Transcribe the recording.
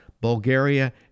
Bulgaria